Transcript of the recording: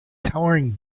towering